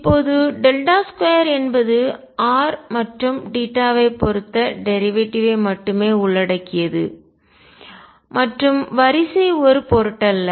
இப்போது 2 என்பது r மற்றும் ஐப் பொறுத்த டேரிவேட்டிவ் ஐ மட்டுமே உள்ளடக்கியது மற்றும் வரிசை ஒரு பொருட்டல்ல